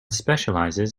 specializes